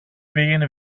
πήγαινε